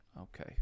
okay